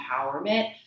empowerment